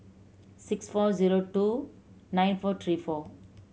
six four zero two nine four three four